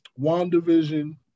WandaVision